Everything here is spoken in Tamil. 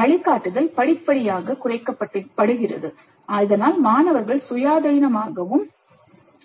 வழிகாட்டுதல் படிப்படியாகக் குறைக்கப்படுகிறது இதனால் மாணவர்கள் சுயாதீனமாகவும்